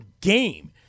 game